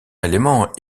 élément